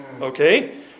okay